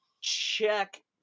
check